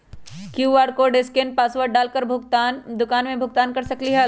QR code scan password डाल कर दुकान में भुगतान कर सकलीहल?